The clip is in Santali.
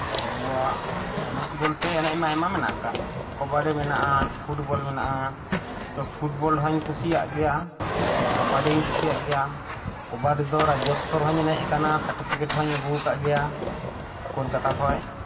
ᱟᱵᱚᱣᱟᱜ ᱮᱱᱮᱡ ᱵᱚᱞᱛᱮ ᱮᱱᱮᱡ ᱢᱟ ᱟᱭᱢᱟ ᱢᱮᱱᱟᱜ ᱠᱟᱜ ᱠᱚᱵᱟᱰᱤ ᱢᱮᱱᱟᱜᱼᱟ ᱯᱷᱩᱴᱵᱚᱞ ᱢᱮᱱᱟᱜᱼᱟ ᱛᱚ ᱯᱷᱩᱴᱵᱚᱞ ᱦᱚᱸᱧ ᱠᱩᱥᱤᱭᱟᱜ ᱜᱮᱭᱟ ᱠᱚᱵᱟᱰᱤ ᱦᱚᱸᱧ ᱠᱩᱥᱤᱭᱟᱜ ᱜᱮᱭᱟ ᱠᱚᱵᱟᱰᱤ ᱫᱚ ᱨᱟᱡᱽᱡᱚ ᱥᱛᱚᱨ ᱦᱚᱸᱧ ᱮᱱᱮᱡ ᱠᱟᱱᱟ ᱥᱟᱨᱴᱤᱯᱷᱤᱠᱚᱴ ᱦᱚᱸᱧ ᱟᱜᱩᱣ ᱠᱟᱜ ᱜᱮᱭᱟ ᱠᱳᱞᱠᱟᱛᱟ ᱠᱷᱚᱡ